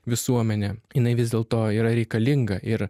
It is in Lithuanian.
visuomenę jinai vis dėl to yra reikalinga ir